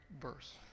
verse